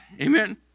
Amen